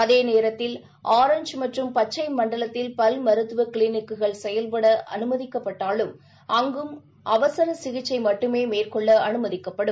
அதேநேரத்தில் ஆரஞ்ச் மற்றும் பச்சை மண்டலத்தில் பல் மருத்துவ கிளினீக்குகள் செயல்பட அனுமதிக்கப்பட்டாலும் அங்கும் அவசர சிகிச்சை மட்டுமே மேற்கொள்ள அனுமதிக்கப்படும்